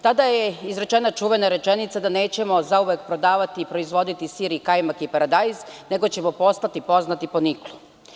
Tada je izrečena čuvena rečenica da nećemo zauvek prodavati i proizvoditi sir i kajmak i paradajz, nego ćemo postati poznati po niklu.